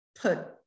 put